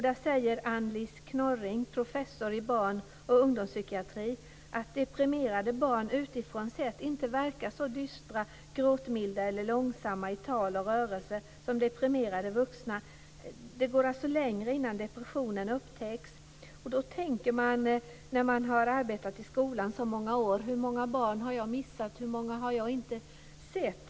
Där sade Anne-Liis von Knorring, professor i barn och ungdomspsykiatri, att deprimerade barn utifrån sett inte verkar så dystra, gråtmilda eller långsamma i tal och rörelser som deprimerade vuxna. Det går alltså längre tid innan depressionen upptäcks. Eftersom jag har arbetat i skolan så många år undrar jag hur många barn jag har missat. Hur många har jag inte sett?